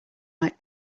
like